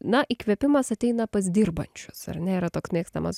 na įkvėpimas ateina pas dirbančius ar ne yra toks mėgstamas